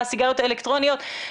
הסיגריות האלקטרוניות,